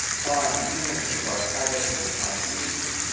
tolerance in humans requires high doses and chronic use.